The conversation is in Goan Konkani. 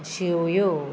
शेवयो